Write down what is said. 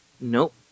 Nope